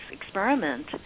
experiment